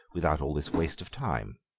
without all this waste of time?